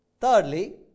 Thirdly